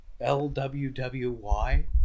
L-W-W-Y